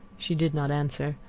she did not answer.